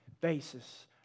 basis